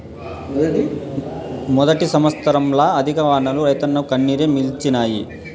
మొదటి సంవత్సరంల అధిక వానలు రైతన్నకు కన్నీరే మిగిల్చినాయి